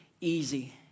easy